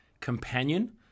companion